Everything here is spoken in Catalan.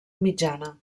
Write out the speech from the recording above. mitjana